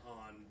on